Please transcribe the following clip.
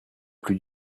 plus